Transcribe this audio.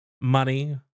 money